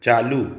चालू